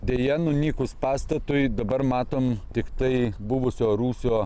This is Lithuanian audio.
deja nunykus pastatui dabar matom tiktai buvusio rūsio